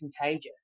contagious